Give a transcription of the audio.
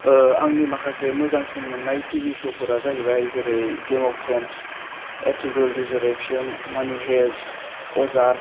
आंनि माखासे मोजांसिन मोननाय टिभि श'फोरा जाहैबाय जेरै game of thrones Ertugrul resurrection मानि हाइस्ट अजार्क